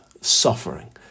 suffering